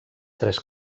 tres